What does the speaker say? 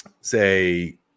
say